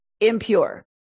impure